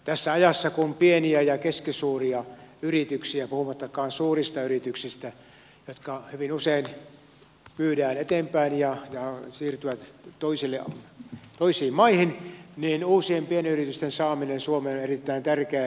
tässä ajassa kun pieniä ja keskisuuria yrityksiä puhumattakaan suurista yrityksistä hyvin usein myydään eteenpäin ja ne siirtyvät toisiin maihin uusien pienyritysten saaminen suomeen on erittäin tärkeää